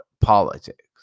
politics